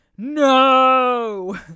No